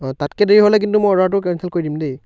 অঁ তাতকৈ দেৰি হ'লে কিন্তু মই অৰ্ডাৰটো কেঞ্চেল কৰি দিম দেই